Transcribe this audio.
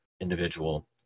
individual